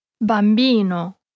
Bambino